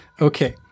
Okay